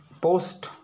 post